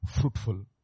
fruitful